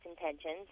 intentions